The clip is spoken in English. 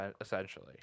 essentially